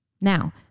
Now